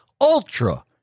ultra